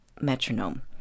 metronome